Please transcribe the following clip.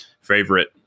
favorite